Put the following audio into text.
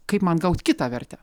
kaip man gaut kitą vertę